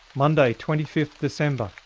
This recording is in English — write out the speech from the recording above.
monday, twenty fifth december,